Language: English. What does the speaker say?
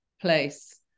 place